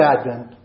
Advent